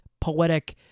poetic